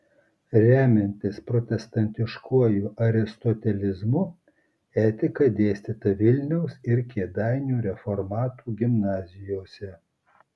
remiantis protestantiškuoju aristotelizmu etika dėstyta vilniaus ir kėdainių reformatų gimnazijose